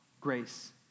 grace